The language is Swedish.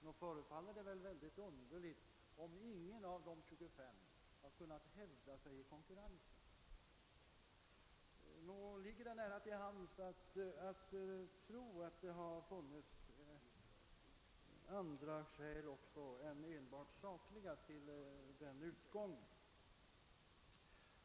Nog förefaller det mycket underligt att ingen av de 25 skulle ha kunnat hävda sig i konkurrensen. Nog ligger det nära till hands att tro att det också har funnits andra skäl än enbart sakliga till den utgången.